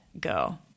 go